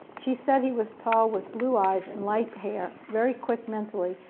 she said he was tall with blue eyes and light hair very quick mentally,